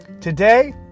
today